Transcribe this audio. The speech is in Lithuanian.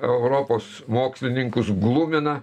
europos mokslininkus glumina